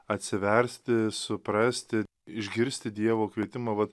atsiversti suprasti išgirsti dievo kvietimą va